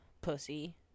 Pussy